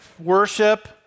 worship